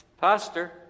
Pastor